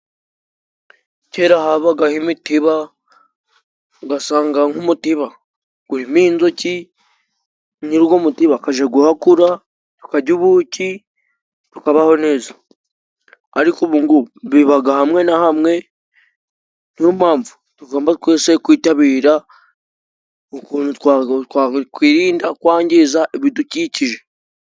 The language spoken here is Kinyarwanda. Kera habagaho imitiba, ugasanga nk'umutiba gurimo inzuki nyiri ugwo mutiba akaja guhakura akajya ubuki tukabaho neza, ariko ubungubu bibaga hamwe na hamwe niyo mpamvu tugomba twese kwitabira ukuntu twakwirinda kwangiza ibidukikije.